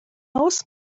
oes